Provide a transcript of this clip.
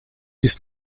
ist